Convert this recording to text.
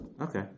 Okay